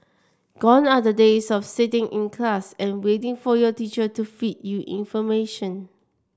gone are the days of sitting in class and waiting for your teacher to feed you information